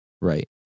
Right